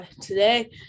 today